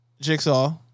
Jigsaw